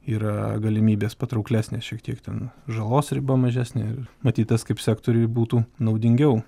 yra galimybės patrauklesnės šiek tiek ten žalos riba mažesnė ir matyt tas kaip sektoriui būtų naudingiau